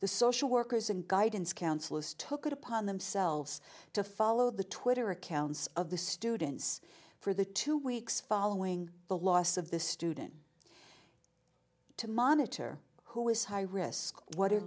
the social workers and guidance counselors took it upon themselves to follow the twitter accounts of the students for the two weeks following the loss of the student to monitor who is high risk what are